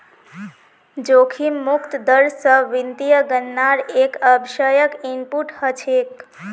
जोखिम मुक्त दर स वित्तीय गणनार एक आवश्यक इनपुट हछेक